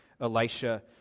Elisha